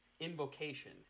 invocation